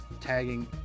tagging